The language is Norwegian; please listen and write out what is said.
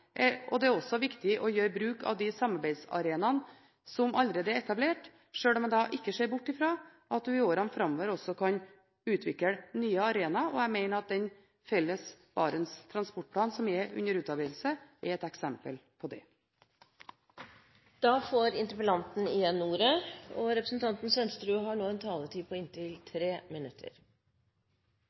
Det er også viktig å gjøre bruk av de samarbeidsarenaene som allerede er etablert, sjøl om jeg ikke ser bort ifra at vi i årene framover også kan utvikle nye arenaer. Jeg mener at den felles Barents transportplan som er under utarbeidelse, er et eksempel på det. Jeg takker statsråden for svaret, og jeg er selvfølgelig glad for at det skjer veldig mye positivt på